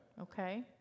okay